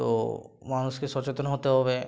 তো মানুষকে সচেতন হতে হবে